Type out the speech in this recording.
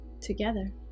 together